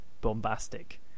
bombastic